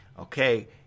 okay